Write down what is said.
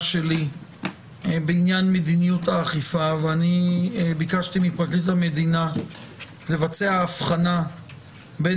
שלי בעניין מדיניות האכיפה אני ביקשתי מפרקליט המדינה לבצע אבחנה בין